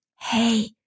hey